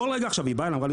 עכשיו היא באה אליי אמרה לי,